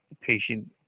patient